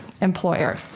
employer